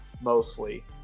mostly